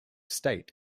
state